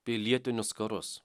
pilietinius karus